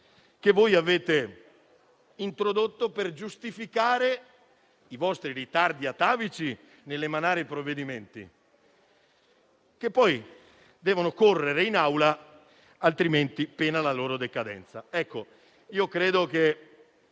che voi avete introdotto per giustificare i vostri ritardi atavici nell'emanare i provvedimenti che poi devono "correre" in Aula, pena la loro decadenza. Credo che